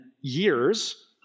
years